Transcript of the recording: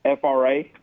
fra